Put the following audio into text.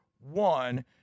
one